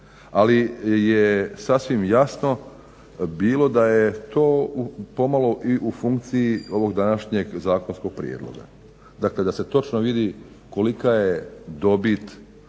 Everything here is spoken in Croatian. ali je sasvim jasno bilo da je to pomalo i u funkciji ovog današnjeg zakonskog prijedloga, dakle da se točno vidi kolika je dobit